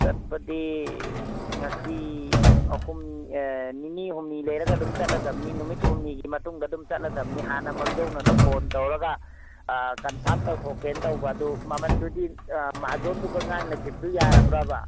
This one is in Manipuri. ꯆꯠꯄꯗꯤ ꯉꯁꯤ ꯑꯍꯨꯝ ꯅꯤꯅꯤ ꯍꯨꯝꯅꯤ ꯂꯩꯔꯒ ꯑꯗꯨꯝ ꯆꯠꯂꯗꯝꯅꯤ ꯅꯨꯃꯤꯠ ꯍꯨꯝꯅꯤꯒꯤ ꯃꯇꯨꯡꯗ ꯑꯗꯨꯝ ꯆꯠꯂꯗꯝꯅꯤ ꯍꯥꯟꯅ ꯃꯥꯡꯖꯧꯅꯅ ꯐꯣꯟ ꯇꯧꯔꯒ ꯀꯟꯐꯥꯔꯝ ꯇꯧꯊꯣꯛꯀꯦꯅ ꯇꯧꯕ ꯑꯗꯨ ꯃꯃꯟꯗꯨꯗꯤ ꯑꯥ ꯃꯍꯥꯖꯣꯟꯗꯨꯒ ꯉꯥꯡꯅꯈꯤꯕꯗꯨ ꯌꯥꯔꯕ꯭ꯔꯥꯕ